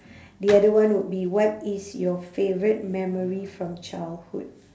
the other one would be what is your favourite memory from childhood